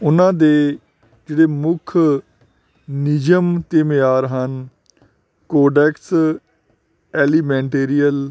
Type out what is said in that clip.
ਉਹਨਾਂ ਦੀ ਜਿਹੜੇ ਮੁੱਖ ਨਿਯਮ ਅਤੇ ਮਿਆਰ ਹਨ ਕੋਡੈਕਸ ਐਲੀਮੈਂਟਰੀਅਲ